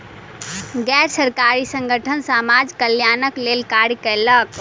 गैर सरकारी संगठन समाज कल्याणक लेल कार्य कयलक